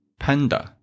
panda